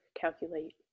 calculate